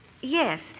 Yes